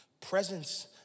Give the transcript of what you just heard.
Presence